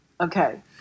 Okay